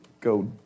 go